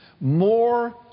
more